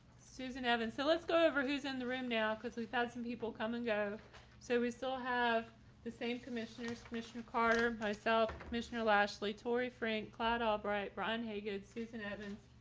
susan evans so let's go over who's in the room now because we've had some people come and so we still have the same commissioners commissioner carter myself, missioner, lashley, torey, frank cloud albright, brian haygood, susan evans,